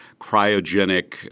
cryogenic